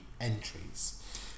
entries